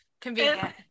Convenient